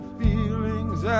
feelings